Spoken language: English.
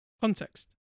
context